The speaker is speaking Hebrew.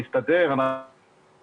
נפתר הסיפור?